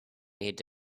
need